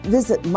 Visit